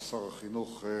כשר החינוך,